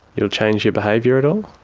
you'll change your behaviour at all?